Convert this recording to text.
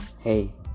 Hey